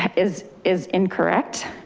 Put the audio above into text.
is is incorrect.